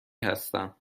هستم